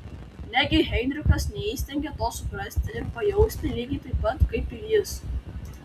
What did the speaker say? negi heinrichas neįstengia to suprasti ir pajausti lygiai taip pat kaip ir jis